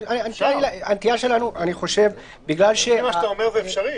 לפי מה שאתה אומר זה אפשרי.